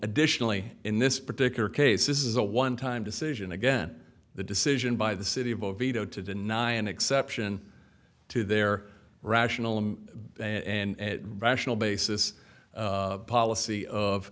additionally in this particular case this is a one time decision again the decision by the city of oviedo to deny an exception to their rational him in a rational basis policy of